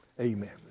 Amen